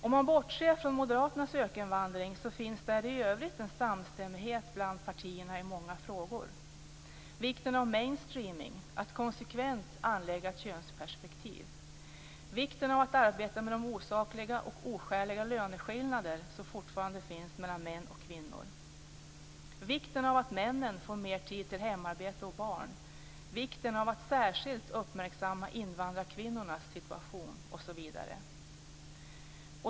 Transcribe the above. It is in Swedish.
Om man bortser från Moderaternas ökenvandring finns i övrigt en samstämmighet bland partierna i många frågor - vikten av mainstreaming, dvs. att konsekvent anlägga ett könsperspektiv, vikten av att arbeta med de osakliga och oskäliga löneskillnader som fortfarande finns mellan män och kvinnor, vikten av att männen får mer tid till hemarbete och barn, vikten av att särskilt uppmärksamma invandrarkvinnornas situation osv.